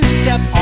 step